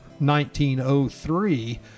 1903